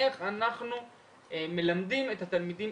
איך אנחנו מלמדים את התלמידים,